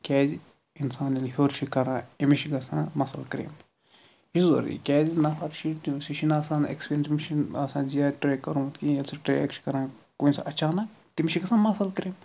کیازِ اِنسان ییٚلہِ ہیوٚر چھُ کَران أمِس چھُ گَژھان مَسٕل کرٛیمپ یہِ چھُ ضٔروٗری کیازِ نَفَر چھِنہٕ تِم سُہ چھِنہٕ آسان ایٚکسپیٖریَنس تٔمۍ چھُنہٕ آسان زیادٕ ٹرٛیک کوٚرمُت کِہیٖنۍ ییٚلہِ سُہ ٹرٛیک چھُ کَران کُنہِ ساتہٕ اَچانَک تٔمس چھِ گَژھان مَسٕل کرٛیمپ